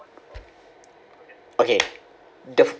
okay the